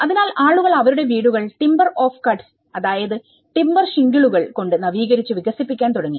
അതിനാൽ ആളുകൾ അവരുടെ വീടുകൾ ടിമ്പർ ഓഫ് കട്ട്സ് അതായതു ടിമ്പർ ഷിംഗിളുകൾ കൊണ്ട് നവീകരിച്ചു വികസിപ്പിക്കാൻ തുടങ്ങി